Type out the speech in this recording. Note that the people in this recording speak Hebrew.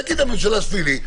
תגיד הממשלה שלילי,